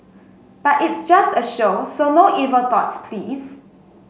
but it's just a show so no evil thoughts please